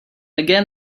again